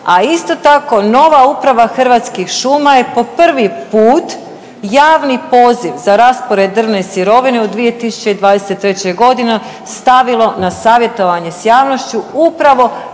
a isto tako nova uprava Hrvatskih šuma je po prvi put javni poziv za raspored drvne sirovine u 2023. godini stavilo na savjetovanje s javnošću upravo